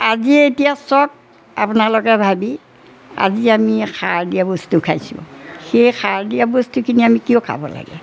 আজি এতিয়া চাওক আপোনালোকে ভাবি আজি আমি সাৰ দিয়া বস্তু খাইছোঁ সেই সাৰ দিয়া বস্তুখিনি আমি কিয় খাব লাগে